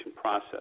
process